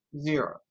zero